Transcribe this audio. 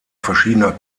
verschiedener